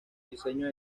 diseño